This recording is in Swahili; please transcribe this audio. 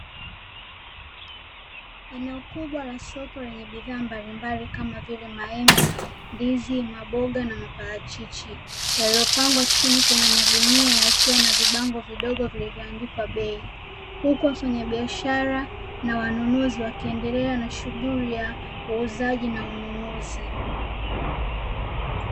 Eneo kubwa la soko lenye bidhaa mbalimbali kama vile maembe, ndizi, maboga na maparachichi yaliyopangwa chini kwenye magunia yakiwa na vibango vidogo vilivyoandikwa bei huku wafanyabiashara na wanunuzi wakiendelea na shughuli ya uuzaji na ununuzi .